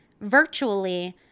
virtually